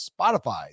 Spotify